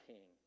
King